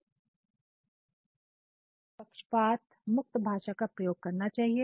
इसलिए पक्षपात मुक्त भाषा का प्रयोग करना चाहिए